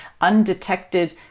undetected